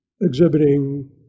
exhibiting